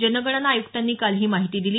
जनगणना आयुक्तांनी काल ही माहिती दिली